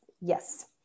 yes